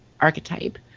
archetype